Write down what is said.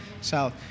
south